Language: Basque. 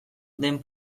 den